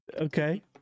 okay